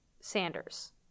Sanders